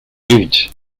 good